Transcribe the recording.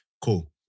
cool